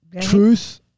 Truth